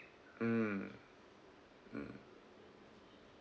mm mm